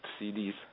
CDs